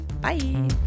bye